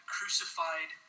Crucified